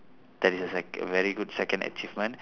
that is a sec~ very good second achievement